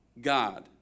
God